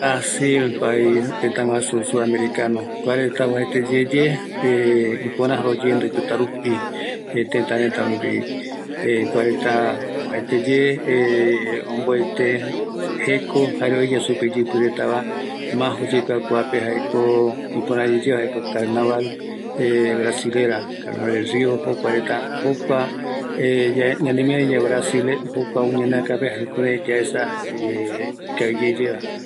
Kua tëtä guasu tuisagueva, jaeko oajaeteye jerakua kua tëtä iyaretere, jaeko caenaval del rio, kuape supeguareta oajaeteye ikavi, jare oesauka reta oipotague rupi ou yave kua ara öväe